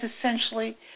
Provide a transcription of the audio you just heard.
essentially